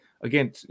again